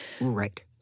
Right